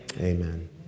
Amen